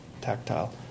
tactile